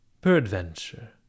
Peradventure